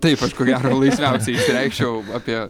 taip aš ko gero laisviausiai išsireikščiau apie